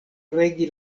regi